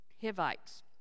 Hivites